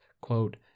quote